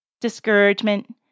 discouragement